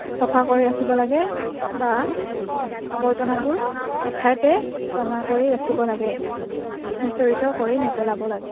চাফা কৰি ৰাখিব লাগে বা আৱৰ্জনাবোৰ এঠাইতে জমা কৰি ৰাখিব লাগে সিঁচৰিত কৰি নেপেলাব লাগে